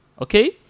Okay